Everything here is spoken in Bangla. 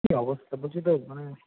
কি অবস্থা বলছি তো মানে